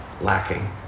lacking